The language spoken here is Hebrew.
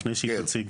לפני שהיא תציג.